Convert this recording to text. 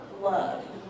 love